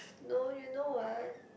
no you know what